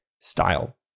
style